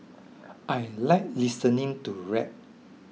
I like listening to rap